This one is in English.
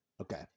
Okay